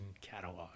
catalog